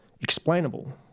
explainable